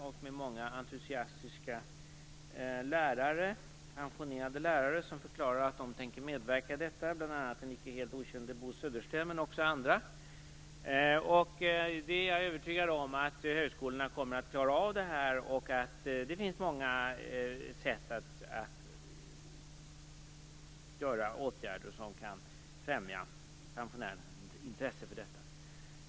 Det är många entusiastiska pensionerade lärare som förklarar att de tänker medverka i detta, bl.a. den icke helt okände Bo Södersten, men också andra. Jag är övertygad om att högskolorna kommer att klara av det här och att det finns många sätt att vidta åtgärder som kan främja pensionärernas intresse för detta.